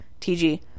tg